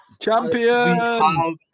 Champion